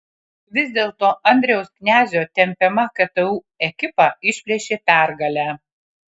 vis dėlto andriaus knezio tempiama ktu ekipa išplėšė pergalę